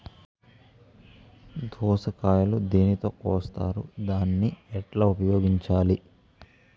దోస కాయలు దేనితో కోస్తారు దాన్ని ఎట్లా ఉపయోగించాలి?